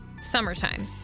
summertime